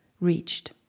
reached